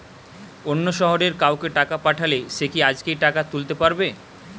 অন্য শহরের কাউকে টাকা পাঠালে সে কি আজকেই টাকা তুলতে পারবে?